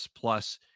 plus